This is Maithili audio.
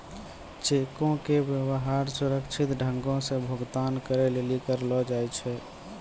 चेको के व्यवहार सुरक्षित ढंगो से भुगतान करै लेली करलो जाय छै